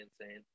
insane